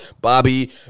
Bobby